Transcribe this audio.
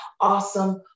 awesome